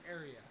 area